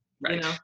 Right